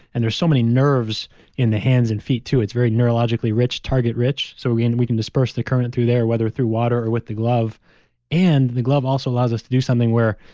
and there's so many nerves in the hands and feet too. it's very neurologically rich, target rich. so again, and we can disperse the current through there, whether through water or with the glove and the glove also allows us to do something where,